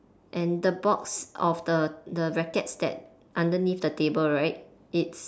and the box of the the rackets that underneath the table right it's